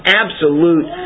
absolute